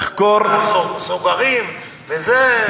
לחקור, סוגָרים וזה...